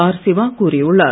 R Siva கூறியுள்ளார்